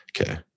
Okay